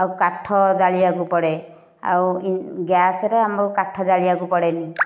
ଆଉ କାଠ ଜାଳିବାକୁ ପଡ଼େ ଆଉ ଗ୍ୟାସରେ ଆମକୁ କାଠ ଜଳିବାକୁ ପଡ଼େନି